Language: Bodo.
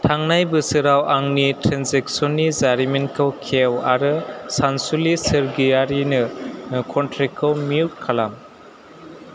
थांनाय बोसोराव आंनि ट्रेन्जेकसननि जारिमिनखौ खेव आरो सानसुलि सोरगियारिनो कन्ट्रेकखौ मिउट खालाम